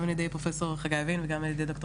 גם על ידי פרופסור חגי לוין וגם על ידי דוקטור